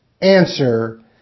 Answer